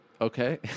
Okay